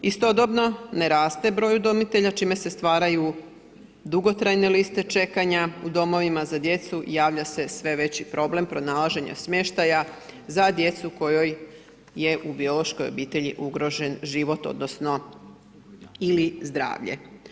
Istodobno, ne raste broj udomitelja čime se stvaraju dugotrajne liste čekanja u domovima za djecu i javlja se sve veći pronalaženja smještaja za djecu kojoj je u biološkoj obitelji ugrožen život odnosno ili zdravlje.